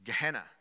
Gehenna